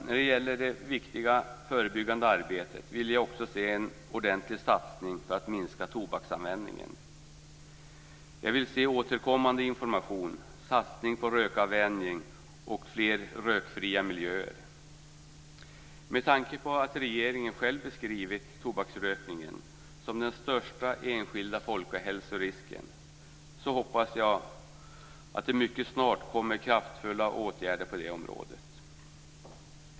När det gäller det viktiga förebyggande arbetet vill jag också se en ordentlig satsning på att minska tobaksanvändningen. Jag vill se återkommande information, satsningar på rökavvänjning och fler rökfria miljöer. Med tanke på att regeringen själv beskrivit tobaksrökningen som den största enskilda folkhälsorisken, hoppas jag att det mycket snart kommer kraftfulla åtgärder på det området.